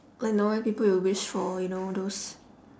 like normally people will wish for you know those